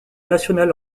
national